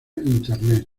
internet